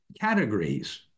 categories